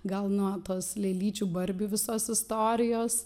gal nuo tos lėlyčių barbių visos istorijos